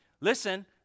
Listen